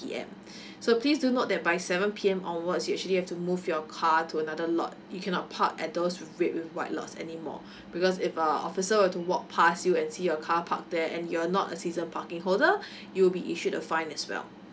so please do note that by seven P_M onwards you actually have to move your car to another lot you cannot park at those red with white lots anymore because if a officer were to walk pass you and see your car park there and you're not a season parking holder you'll be issued a fine as well